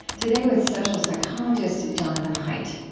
today, with social psychologist jonathan haidt.